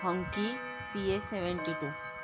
hockey C A seventy two